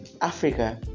Africa